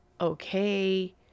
Okay